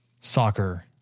soccer